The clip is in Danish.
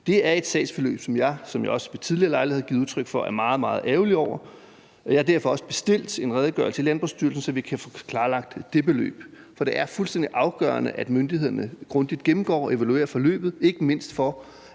Det er et sagsforløb, som jeg, som jeg også ved tidligere lejligheder har givet udtryk for, er meget, meget ærgerlig over, og jeg har derfor også bestilt en redegørelse i Landbrugsstyrelsen, så vi kan få klarlagt det beløb. For det er fuldstændig afgørende, at myndighederne grundigt gennemgår og evaluerer forløbet, ikke mindst for